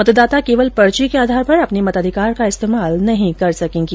मतदाता केवल पर्ची के आधार पर अपने मताधिकार का इस्तेमाल नहीं कर सकेगें